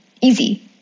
easy